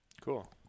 Cool